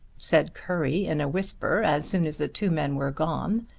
said currie in a whisper, as soon as the two men were gone,